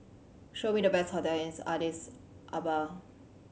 show me the best hotels in Addis Ababa